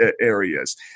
areas